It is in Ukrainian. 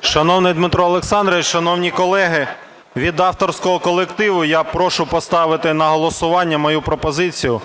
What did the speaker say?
Шановний Дмитро Олександрович, шановні колеги, від авторського колективу я прошу поставити на голосування мою пропозицію